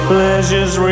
Pleasures